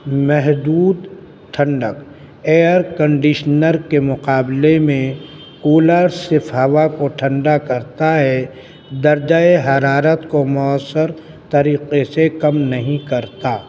محدود ٹھنڈک ایئرکنڈیشنر کے مقابلے میں کولر صرف ہوا کو ٹھنڈا کرتا ہے درجۂ حرارت کو مؤثر طریقے سے کم نہیں کرتا